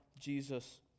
Jesus